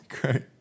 Great